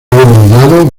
denominado